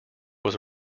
was